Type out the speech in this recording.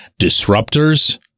disruptors